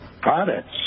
products